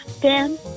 Dan